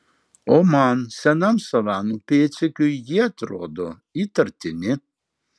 o man senam savanų pėdsekiui jie atrodo įtartini